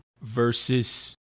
versus